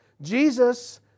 Jesus